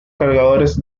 cargadores